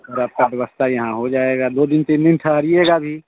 sir आपकी व्यवस्था यहाँ हो जाएगी दो दिन तीन दिन ठहरिएगा भी